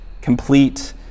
complete